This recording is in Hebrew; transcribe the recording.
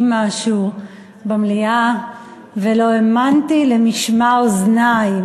משהו במליאה ולא האמנתי למשמע אוזני.